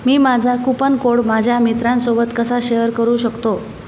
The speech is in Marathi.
मी माझा कूपन कोड माझ्या मित्रासोबत कसा शेअर करू शकतो